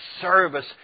service